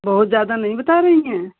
बहुत ज्यादा नहीं बता रही हैं